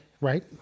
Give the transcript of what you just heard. Right